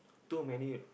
too many